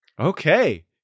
Okay